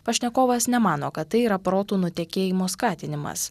pašnekovas nemano kad tai yra protų nutekėjimo skatinimas